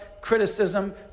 criticism